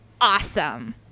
awesome